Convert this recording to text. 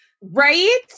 Right